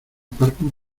parking